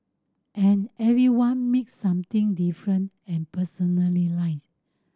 and everyone makes something different and personalised